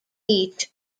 each